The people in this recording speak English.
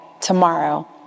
tomorrow